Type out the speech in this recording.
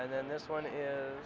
and then this one is